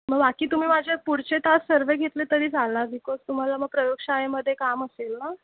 मग बाकी तुम्ही माझे पुढचे तास सर्व घेतले तरी झाला बिकॉज तुम्हाला मग प्रयोगशाळेमध्ये काम असेल ना